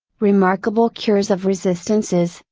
remarkable cures of resistances,